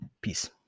Peace